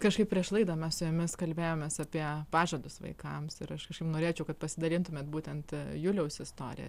kažkaip prieš laidą mes su jumis kalbėjomės apie pažadus vaikams ir aš kažkaip norėčiau kad pasidalintumėt būtent juliaus istorija